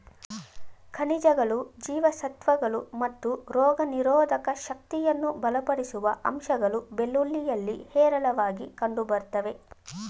ಖನಿಜಗಳು ಜೀವಸತ್ವಗಳು ಮತ್ತು ರೋಗನಿರೋಧಕ ಶಕ್ತಿಯನ್ನು ಬಲಪಡಿಸುವ ಅಂಶಗಳು ಬೆಳ್ಳುಳ್ಳಿಯಲ್ಲಿ ಹೇರಳವಾಗಿ ಕಂಡುಬರ್ತವೆ